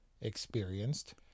experienced